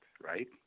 Right